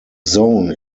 zone